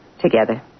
Together